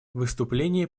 выступление